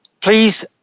please